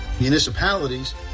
municipalities